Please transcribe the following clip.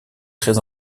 très